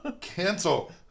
cancel